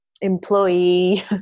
employee